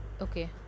Okay